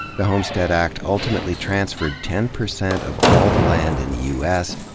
the homestead act ultimately transferred ten percent of all the land in the u s.